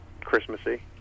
Christmassy